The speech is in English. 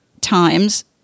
times